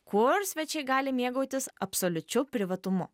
kur svečiai gali mėgautis absoliučiu privatumu